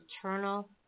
eternal